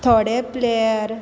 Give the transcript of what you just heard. थोडे प्लेयर